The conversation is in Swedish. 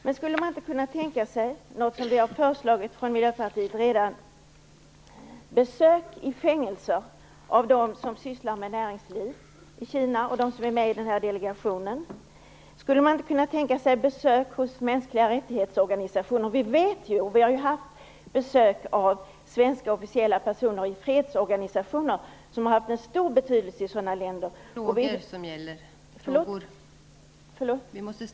Men skulle man inte kunna tänka sig något som vi har föreslagit från Miljöpartiet redan: besök i fängelser av dem som sysslar med näringsliv i Kina och av dem som är med i den här delegationen? Skulle man inte kunna tänka sig besök hos mänskliga-rättighetsorganisationer? Vi har ju haft besök av svenska officiella personer i fredsorganisationer som har haft en stor betydelse i sådana länder.